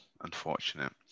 Unfortunate